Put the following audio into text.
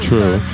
True